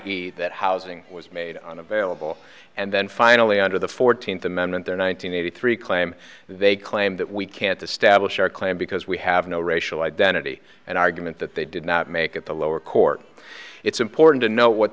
action that housing was made unavailable and then finally under the fourteenth amendment there are one hundred eighty three claim they claim that we can't establish our claim because we have no racial identity and argument that they did not make it the lower court it's important to know what